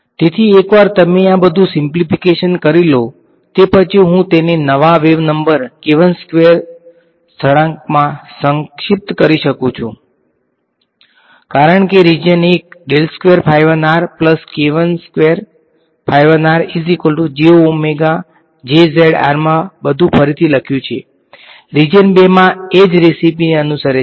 તેથી એકવાર તમે આ બધું સીમ્પ્લીફીકેશન કરી લો તે પછી હું તેને નવા વેવ નંબર સ્થિરાંકમાં સંક્ષિપ્ત કરી શકું છું કારણ કે રીજીયન 1 માં બધું ફરીથી લખ્યું છે રીજીયન 2 એ જ રેસીપીને અનુસરે છે